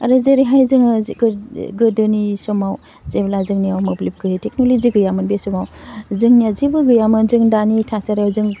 आरो जेरैहाय जोङो जोबोद गोदोनि समाव जेब्ला जोंनियाव मोब्लिब बे समाव जोंनिया जेबो गैयामोन जों दानि थासारियाव जों